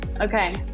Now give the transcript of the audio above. Okay